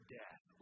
death